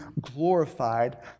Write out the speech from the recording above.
glorified